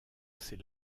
c’est